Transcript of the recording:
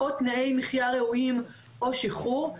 או תנאי מחיה ראויים או שחרור.